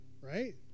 right